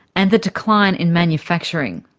and the decline in manufacturing.